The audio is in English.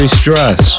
stress